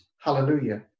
hallelujah